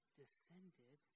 descended